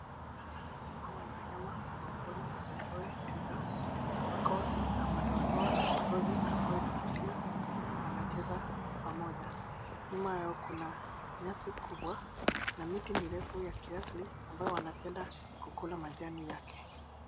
Hawa ni wanyama wa pori waitwao twiga. Wako na madoadoa kwa ngozi ambayo inavutia. Wanacheza pamoja. Nyuma yao kuna nyasi kubwa na miti kirefu ya kiasili ambayo wanapenda kukula majani yake.